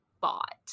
bought